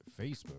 Facebook